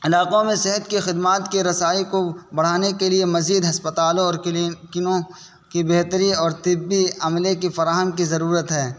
علاقوں میں صحت کی خدمات کے رسائی کو بڑھانے کے لیے مزید ہسپتالوں اور کلی کنوں کی بہتری اور طبی عملے کی فراہم کی ضرورت ہے